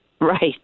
Right